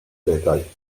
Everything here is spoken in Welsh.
beddau